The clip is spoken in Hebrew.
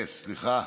כנס, סליחה.